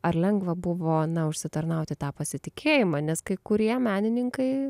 ar lengva buvo na užsitarnauti tą pasitikėjimą nes kai kurie menininkai